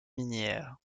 minières